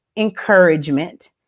encouragement